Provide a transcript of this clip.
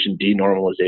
denormalization